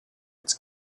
its